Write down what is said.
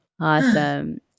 Awesome